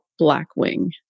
Blackwing